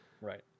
Right